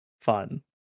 Fun